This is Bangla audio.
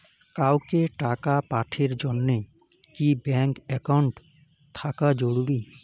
কাউকে টাকা পাঠের জন্যে কি ব্যাংক একাউন্ট থাকা জরুরি?